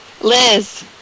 Liz